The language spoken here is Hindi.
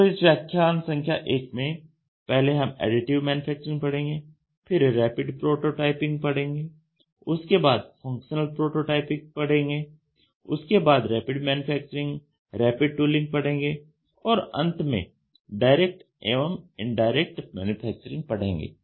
तो इस व्याख्यान संख्या एक में पहले हम एडिटिव मैन्युफैक्चरिंग पढ़ेंगे फिर रैपिड प्रोटोटाइपिंग पढ़ेंगे उसके बाद फंक्शनल प्रोटोटाइपिंग पढ़ेंगे उसके बाद रैपिड मैन्युफैक्चरिंग रैपिड टूलिंग पढ़ेंगे और अंत में डायरेक्ट एवं इनडायरेक्ट मैन्युफैक्चरिंग पढ़ेंगे